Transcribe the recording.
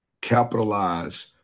capitalize